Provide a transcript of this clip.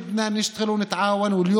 אנו רוצים לעבוד ולשתף פעולה,